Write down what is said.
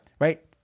right